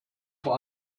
vor